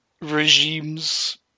regimes